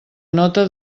nota